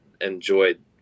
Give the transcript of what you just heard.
enjoyed